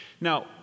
Now